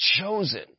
chosen